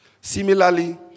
Similarly